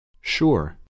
Sure